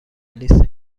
لیست